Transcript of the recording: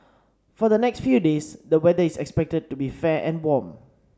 for the next few days the weather is expected to be fair and warm